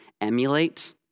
emulate